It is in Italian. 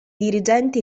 dirigenti